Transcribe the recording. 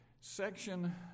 Section